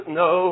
no